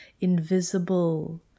invisible